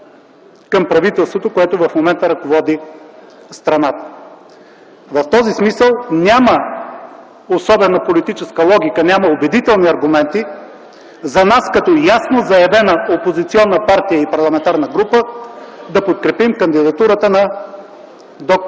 към правителството, което в момента ръководи страната. В този смисъл, няма особена политическа логика, няма убедителни аргументи за нас като ясно заявена опозиционна партия и парламентарна група да подкрепим кандидатурата на д-р